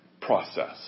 process